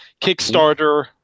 Kickstarter